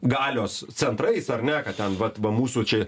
galios centrais ar ne kad ten vat va mūsų čia